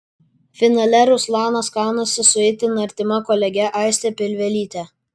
finale ruslanas kaunasi su itin artima kolege aiste pilvelyte